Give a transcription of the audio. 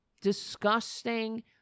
disgusting